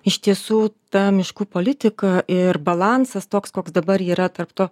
iš tiesų ta miškų politika ir balansas toks koks dabar yra tarp to